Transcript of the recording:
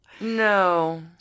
No